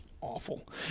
Awful